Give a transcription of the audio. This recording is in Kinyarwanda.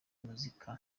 muzika